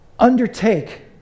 Undertake